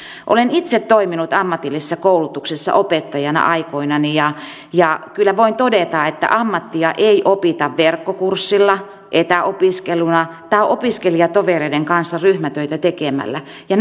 olen itse toiminut ammatillisessa koulutuksessa opettajana aikoinani ja ja kyllä voin todeta että ammattia ei opita verkkokurssilla etäopiskeluna tai opiskelijatovereiden kanssa ryhmätöitä tekemällä ja